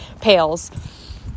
pails